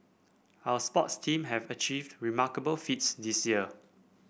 our sports team have achieved remarkable feats this year